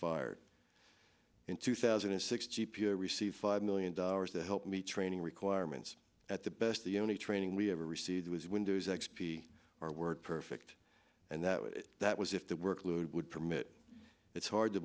fired in two thousand and six g p a receive five million dollars to help me training requirements at the best the only training we ever received was windows x p our word perfect and that was that was if the workload would permit it's hard to